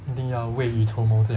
一定要未雨绸缪这样